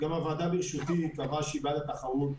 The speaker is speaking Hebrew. גם הוועדה ברשותי קבעה שהיא בעד התחרות.